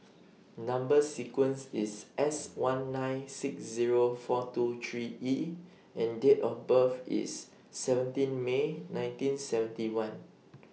Number sequence IS S one nine six Zero four two three E and Date of birth IS seventeen May nineteen seventy one